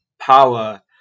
power